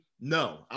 No